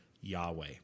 Yahweh